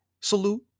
salute